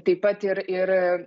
taip pat ir ir